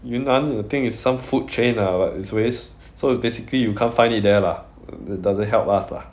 云南 think it's some food chain ah but it's always so it's basically you can't find it there lah it doesn't help us lah